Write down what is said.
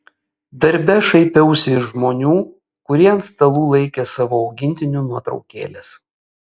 darbe šaipiausi iš žmonių kurie ant stalų laikė savo augintinių nuotraukėles